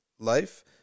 life